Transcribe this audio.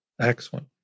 Excellent